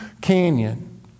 canyon